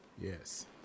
Yes